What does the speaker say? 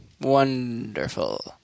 Wonderful